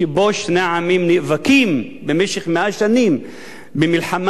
שבו שני העמים נאבקים במשך מאה שנים במלחמה